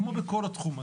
כמו בכל התחום הזה.